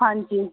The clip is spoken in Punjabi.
ਹਾਂਜੀ